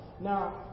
Now